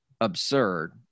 absurd